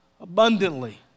abundantly